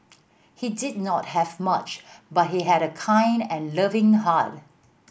he did not have much but he had a kind and loving heart